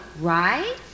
right